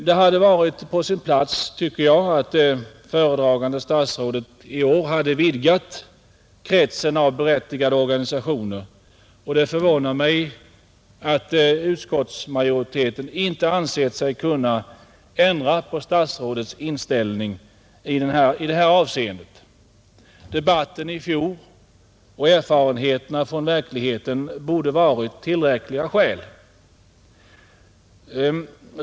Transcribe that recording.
Det hade varit på sin plats, tycker jag, att föredragande statsrådet i år hade vidgat kretsen av berättigade organisationer, och det förvånar mig att utskottsmajoriteten inte ansett sig kunna ändra på statsrådets inställning i det här avseendet. Debatten i fjol och erfarenheterna från verkligheten borde ha varit tillräckliga skäl.